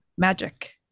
magic